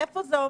איפה זה עומד?